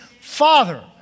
father